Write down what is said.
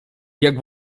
jak